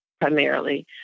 primarily